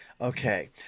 Okay